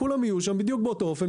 כולם יהיו שם בדיוק באותו אופן,